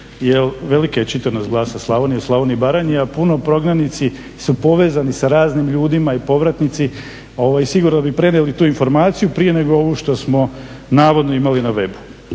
jer velika je čitanost Glasa Slavonije u Slavoniji i Baranji a puno prognanici su povezani sa raznim ljudima i povratnici i sigurno bi prenijeli tu informaciju prije nego ovu što smo navodno imali na webu.